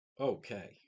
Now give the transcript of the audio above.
Okay